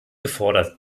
gefordert